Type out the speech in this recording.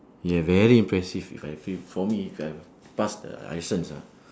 yeah very impressive if I feel for me if I pass the licence ah